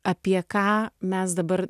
apie ką mes dabar